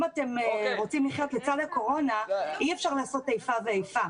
אם אתם רוצים לחיות לצד הקורונה אי אפשר לעשות איפה ואיפה.